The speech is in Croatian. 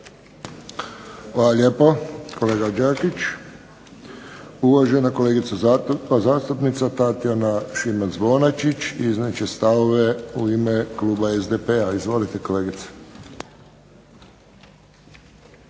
Hvala lijepo kolega Đakić. Uvažena kolegica zastupnika Tatjana Šimac-Bonačić iznijet će stavove u ime kluba SDP-a. Izvolite kolegice.